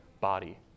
body